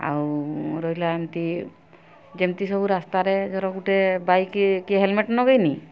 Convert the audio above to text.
ଆଉ ରହିଲା ଏମିତି ଯେମିତି ସବୁ ରାସ୍ତାରେ ଧର ଗୋଟେ ବାଇକ୍ କିଏ ହେଲମେଟ୍ ଲଗାଇନି